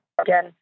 again